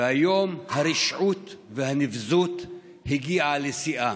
והיום הרשעות והנבזות הגיעו לשיאן: